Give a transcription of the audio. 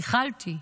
התחלתי,